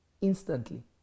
Instantly